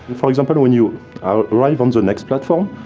for example, when you arrive on the next platform,